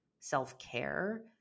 self-care